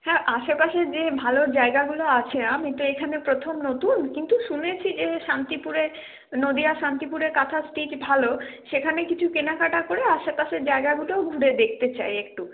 হ্যাঁ আশেপাশে যে ভালো জায়গাগুলো আছে আমি তো এখানে প্রথম নতুন কিন্তু শুনেছি যে শান্তিপুরে নদীয়া শান্তিপুরে কাঁথা স্টিচ ভালো সেখানে কিছু কেনাকাটা করে আশেপাশে জায়গাগুলোও ঘুরে দেখতে চাই একটু